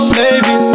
baby